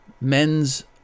men's